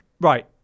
right